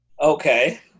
Okay